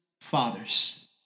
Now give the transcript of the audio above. fathers